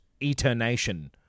Eternation